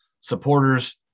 supporters